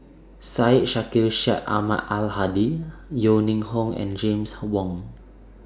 Syed Sheikh Syed Ahmad Al Hadi Yeo Ning Hong and James Wong